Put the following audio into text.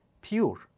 pure